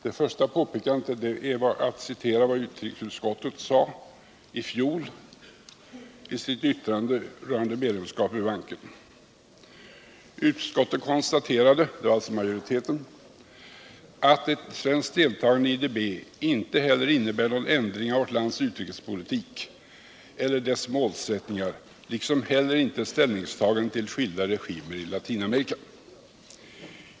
I sitt yttrande i fjol om svenskt medlemskap i banken konstaterade utskoltsmajoriteten att ett svenskt deltagande i IDB inte heller innebär någon ändring av vårt lands utrikespolitik eller dess målsättningar liksom heller inte i ställningstagandet till skilda regimer i Latinamerika.